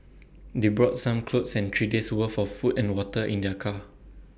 they brought some clothes and three days' worth of food and water in their car